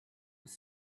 was